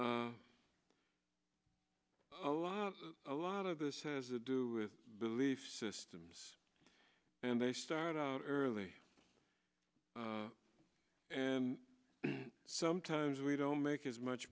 a lot a lot of this has a do with belief systems and they start out early and sometimes we don't make as much